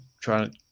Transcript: trying